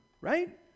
right